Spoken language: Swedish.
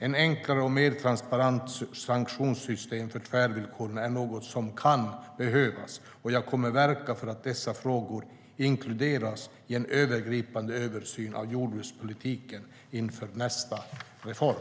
Ett enklare och mer transparent sanktionssystem för tvärvillkoren är något som kan behövas, och jag kommer att verka för att dessa frågor inkluderas i en övergripande översyn av jordbrukspolitiken inför nästa reform.